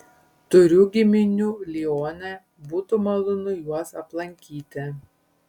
turiu giminių lione būtų malonu juos aplankyti